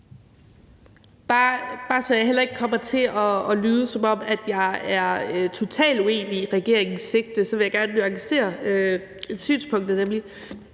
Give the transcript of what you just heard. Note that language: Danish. Bare så jeg heller ikke kommer til at lyde, som om jeg er totalt uenig i regeringens sigte, vil jeg gerne nuancere synspunktet: Vi